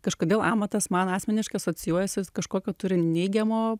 kažkodėl amatas man asmeniškai asocijuojasi kažkokio turi neigiamo